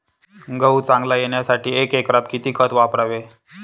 गहू चांगला येण्यासाठी एका एकरात किती खत वापरावे?